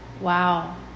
wow